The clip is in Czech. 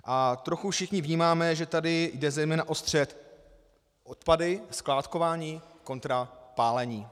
A trochu všichni vnímáme, že tu jde zejména o střet odpady, skládkování kontra pálení.